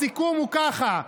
הסיכום הוא ככה: